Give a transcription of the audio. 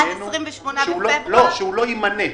שהוא לא יימנה.